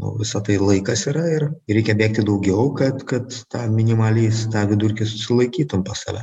o visa tai laikas yra ir reikia bėgti daugiau kad kad tą minimaliais tą vidurkį susilaikytum pas save